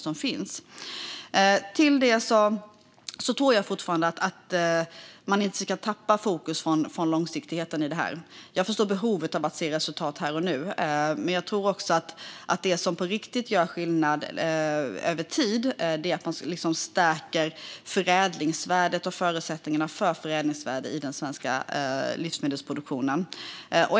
Jag tror fortfarande att man inte ska tappa fokus från långsiktigheten i detta. Jag förstår behovet av att se resultat här och nu, men jag tror att det som på riktigt gör skillnad över tid är att stärka förädlingsvärdet och förutsättningarna för förädlingsvärdena i den svenska livsmedelsproduktionen.